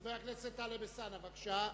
חבר הכנסת טלב אלסאנע, בבקשה.